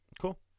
Cool